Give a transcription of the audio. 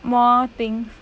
more things